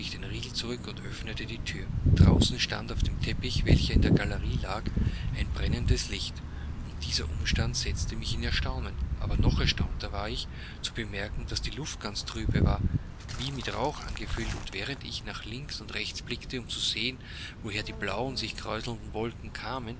den riegel zurück und öffnete die thür draußen stand auf dem teppich welcher in der galerie lag ein brennendes licht dieser umstand setzte mich in erstaunen aber noch erstaunter war ich zu bemerken daß die luft ganz trübe war wie mit rauch angefüllt und während ich nach links und rechts blickte um zu sehen woher die blauen sich kräuselnden wolken kamen